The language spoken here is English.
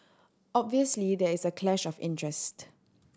obviously there is a clash of interest